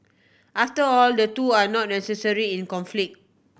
after all the two are not necessary in conflict